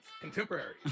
Contemporary